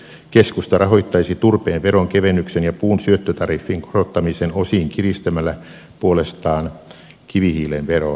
keskusta rahoittaisi turpeen veron kevennyksen ja puun syöttötariffin korottamisen osin kiristämällä puolestaan kivihiilen veroa